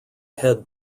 head